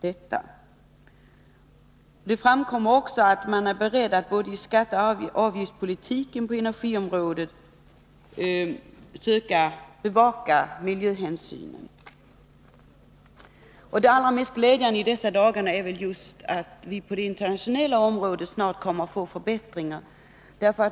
Det framkommer också att man är beredd att i både skatteoch avgiftspolitiken på energiområdet söka bevaka miljöhänsynen. Det allra mest glädjande i dessa dagar är väl att vi på det internationella området snart kommer att få förbättringar.